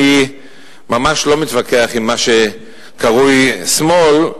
אני ממש לא מתווכח עם מה שקרוי שמאל,